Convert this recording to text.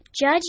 Judge